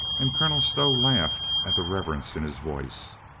and colonel stow laughed at the reverence in his voice.